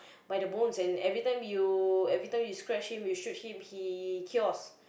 by the bones and every time you every time you scratch him you shoot him he cures